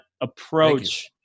approach